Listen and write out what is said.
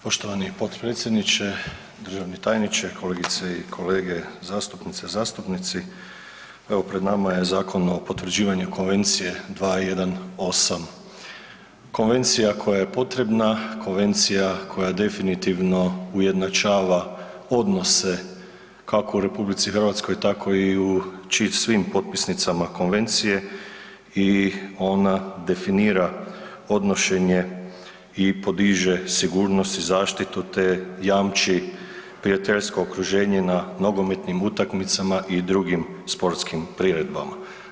Poštovani potpredsjedniče, državni tajniče, kolegice i kolege zastupnici, zastupnice evo pred nama je Zakon o potvrđivanju Konvencije 218, konvencija koja je potrebna, konvencija koja definitivno ujednačava odnose kako u RH tako i u svim potpisnicama konvencije i ona definira odnošenje i podiže sigurnost i zaštitu te jamči prijateljsko okruženje na nogometnim utakmicama i drugim sportskim priredbama.